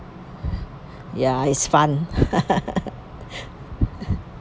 ya it's fun